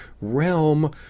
realm